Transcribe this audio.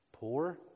poor